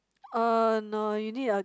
uh no you need a